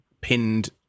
pinned